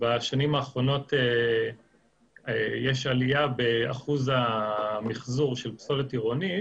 בשנים האחרונות יש עלייה באחוז המחזור של פסולת עירונית,